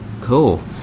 Cool